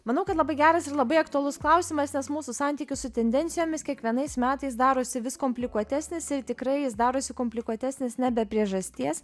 manau kad labai geras ir labai aktualus klausimas nes mūsų santykių su tendencijomis kiekvienais metais darosi vis komplikuotesnis ir tikrai jis darosi komplikuotesnis ne be priežasties